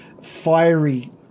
fiery